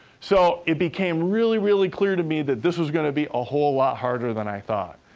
so, it became really, really clear to me that this was gonna be a whole lot harder than i thought.